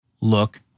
Look